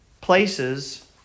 Places